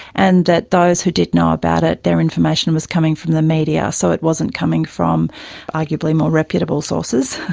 and that those who did know about it, their information was coming from the media, so it wasn't coming from arguably more reputable sources.